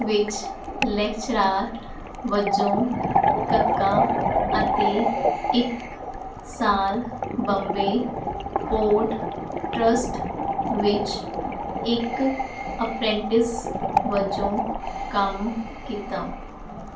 ਵਿੱਚ ਲੈਕਚਰਾਰ ਵਜੋਂ ਕੱਕਾ ਅਤੇ ਇੱਕ ਸਾਲ ਬੰਬੇ ਪੋਰਟ ਟਰੱਸਟ ਵਿੱਚ ਇੱਕ ਅਪ੍ਰੈਂਟਿਸ ਵਜੋਂ ਕੰਮ ਕੀਤਾ